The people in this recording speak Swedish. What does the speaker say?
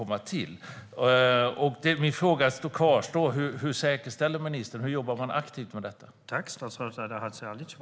Min fråga kvarstår: Hur jobbar man aktivt med att säkerställa detta?